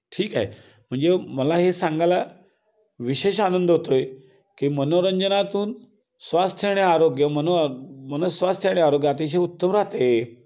ठीक आहे म्हणजे मला हे सांगायला विशेष आनंद होतो आहे की मनोरंजनातून स्वास्थ्य आणि आरोग्य मनो मनःस्वास्थ्य आणि आरोग्य अतिशय उत्तम राहतं आहे